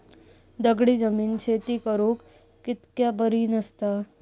दगडी जमीन शेती करुक कित्याक बरी नसता?